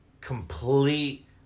complete